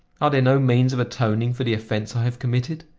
are there no means of atoning for the offense i have committed?